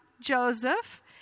Joseph